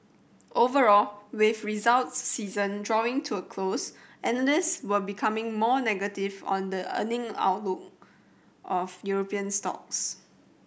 overall with results season drawing to a close analysts were becoming more negative on the earning outlook of European stocks